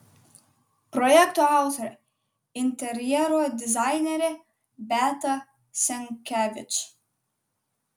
projekto autorė interjero dizainerė beata senkevič